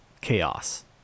chaos